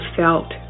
felt